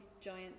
giant